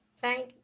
Thank